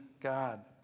God